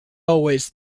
always